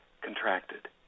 contracted